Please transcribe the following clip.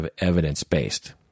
evidence-based